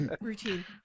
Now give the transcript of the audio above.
routine